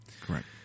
correct